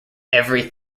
every